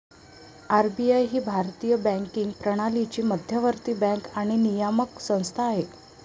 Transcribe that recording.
RBI ही भारतीय banking प्रणालीची मध्यवर्ती बँक आणि नियामक संस्था आहे